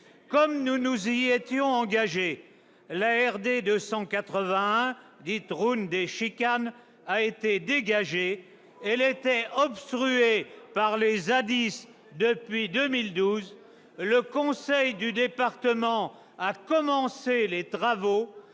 Comme nous nous y étions engagés, la RD 281, dite « route des chicanes », a été dégagée. Quant aux terres obstruées par les zadistes depuis 2012, le conseil départemental a commencé les travaux.